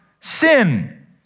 sin